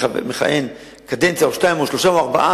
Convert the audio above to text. שמכהן קדנציה או שתיים או שלוש או ארבע,